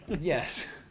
Yes